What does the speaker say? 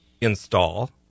install